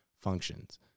functions